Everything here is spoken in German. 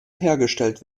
hergestellt